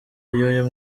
y’uyu